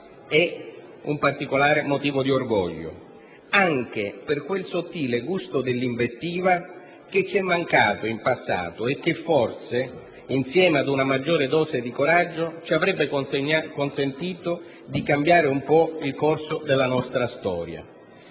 è un particolare motivo di orgoglio, anche per quel sottile gusto dell'invettiva, che ci è mancato in passato e che forse, insieme ad una maggiore dose di coraggio, ci avrebbe consentito di cambiare un po' il corso della nostra storia.